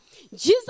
Jesus